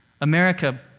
America